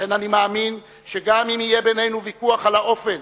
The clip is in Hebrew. לכן אני מאמין שגם אם יהיה בינינו ויכוח על האופן